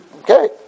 Okay